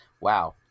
Wow